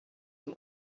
them